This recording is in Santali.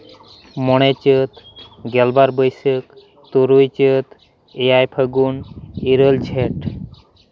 ᱢᱚᱬᱮ ᱪᱟᱹᱛ ᱜᱮᱞᱵᱟᱨ ᱵᱟᱹᱭᱥᱟᱹᱠᱷ ᱛᱩᱨᱩᱭ ᱪᱟᱹᱛ ᱮᱭᱟᱭ ᱯᱷᱟᱹᱜᱩᱱ ᱤᱨᱟᱹᱞ ᱡᱷᱮᱸᱴ